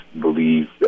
believe